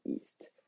East